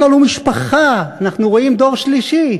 יש לנו משפחה, אנחנו רואים דור שלישי.